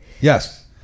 Yes